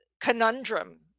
conundrum